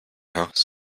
house